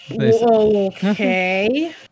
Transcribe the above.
okay